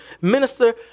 minister